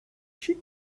she